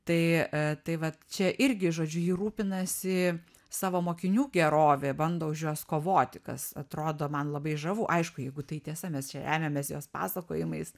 tai tai va čia irgi žodžiu ji rūpinasi savo mokinių gerove bando už juos kovoti kas atrodo man labai žavu aišku jeigu tai tiesa mes čia remiamės jos pasakojimais